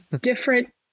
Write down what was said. different